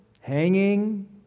Hanging